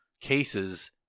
cases